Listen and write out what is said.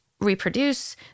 reproduce